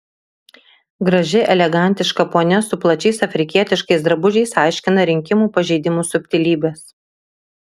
graži elegantiška ponia su plačiais afrikietiškais drabužiais aiškina rinkimų pažeidimų subtilybes